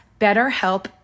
BetterHelp